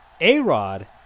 A-Rod